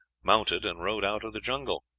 mounted and rode out of the jungle.